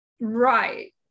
Right